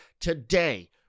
today –